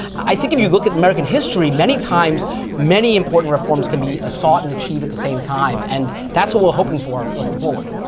i think if you look at american history, many times many important reforms can be ah sought and achieve at the same time. and that's what we're hoping for looking forward.